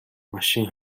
машин